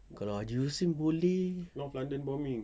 kalau haji hussin boleh